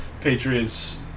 Patriots